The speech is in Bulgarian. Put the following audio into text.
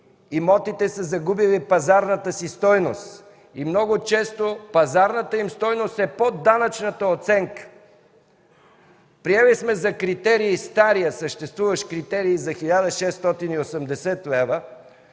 имотите са загубили пазарната си стойност и много често пазарната им стойност е под данъчната оценка. Приели сме за критерий старото – 1680 лв.